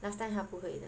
last time 他不会的